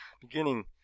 beginning